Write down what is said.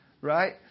Right